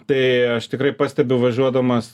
tai aš tikrai pastebiu važiuodamas